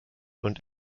und